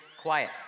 quiet